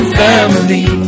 family